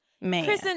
man